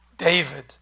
David